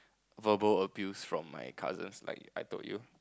verbal abuse from my cousins like I told you